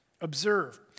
observe